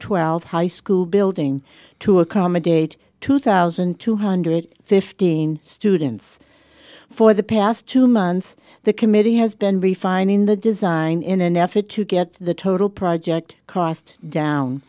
twelve high school building to accommodate two thousand two hundred fifteen students for the past two months the committee has been refining the design in an effort to get the total project cost down